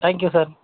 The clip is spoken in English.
thank you sir